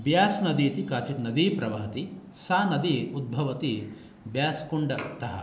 ब्यास् नदी इति काचित् नदी प्रवहती सा नदी उद्भवति ब्यास् कुण्डत